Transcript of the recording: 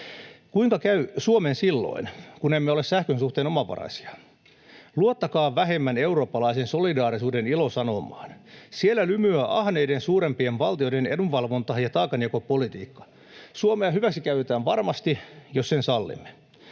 Kuinka käy Suomen silloin, kun emme ole sähkön suhteen omavaraisia? Luottakaa vähemmän eurooppalaisen solidaarisuuden ilosanomaan. Siellä lymyävät ahneiden suurempien valtioiden edunvalvonta ja taakanjakopolitiikka. Suomea hyväksikäytetään varmasti, jos sen sallimme.